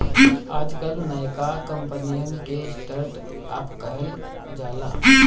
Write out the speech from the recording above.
आजकल नयका कंपनिअन के स्टर्ट अप कहल जाला